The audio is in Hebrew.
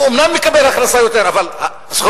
הוא אומנם מקבל יותר הכנסה אבל הזכויות